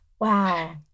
Wow